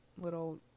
little